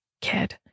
kid